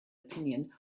opinion